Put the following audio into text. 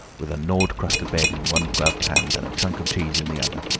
with a gnawed crust of bread in one gloved hand and a chunk of cheese in the other.